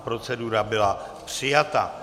Procedura byla přijata.